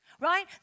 Right